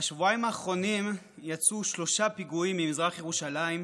בשבועיים האחרונים יצאו שלושה פיגועים ממזרח ירושלים,